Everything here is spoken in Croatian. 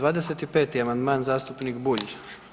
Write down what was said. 25. amandman zastupnik Bulj.